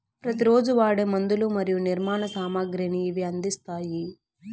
ప్రతి రోజు వాడే మందులు మరియు నిర్మాణ సామాగ్రిని ఇవి అందిస్తాయి